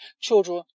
Children